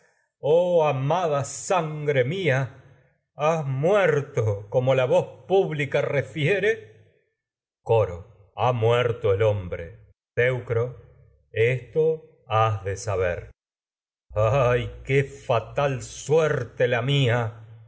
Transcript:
oh amada sangre mia has muerto como la voz pública refiere coro ha muerto el hombre teucro esto has de saber teucro ay qué fatal suerte la mia